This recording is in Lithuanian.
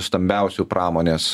stambiausių pramonės